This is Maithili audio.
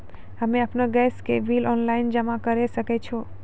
हम्मे आपन गैस के बिल ऑनलाइन जमा करै सकै छौ?